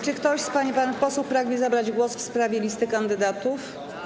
Czy ktoś z pań i panów posłów pragnie zabrać głos w sprawie listy kandydatów?